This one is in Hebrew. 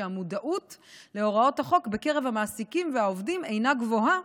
שהמודעות להוראות החוק בקרב המעסיקים והעובדים אינה גבוהה,